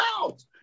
out